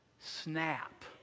snap